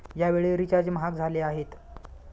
यावेळी रिचार्ज महाग झाले आहेत